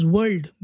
World